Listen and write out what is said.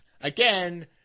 again